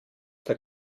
der